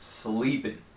sleeping